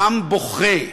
עם בוכה,